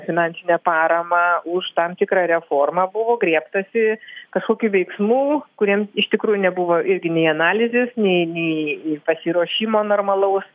finansinę paramą už tam tikrą reformą buvo griebtasi kažkokių veiksmų kuriems iš tikrųjų nebuvo irgi nei analizės nei nei pasiruošimo normalaus